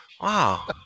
Wow